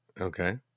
Okay